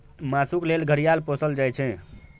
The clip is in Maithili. मासुक लेल घड़ियाल पोसल जाइ छै